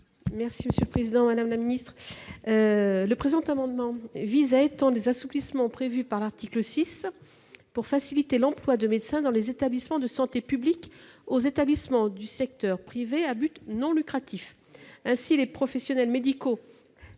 : La parole est à Mme Corinne Imbert. Cet amendement vise à étendre les assouplissements prévus par l'article 6 pour faciliter l'emploi de médecins dans les établissements de santé publics aux établissements du secteur privé à but non lucratif. Ainsi, les professionnels médicaux